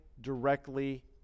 directly